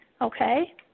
okay